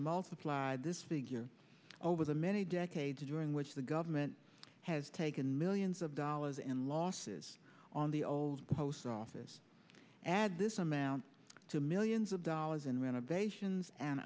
multiply this figure over the many decades during which the government has taken millions of dollars in losses on the old post office add this amount to millions of dollars in renovations and